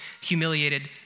humiliated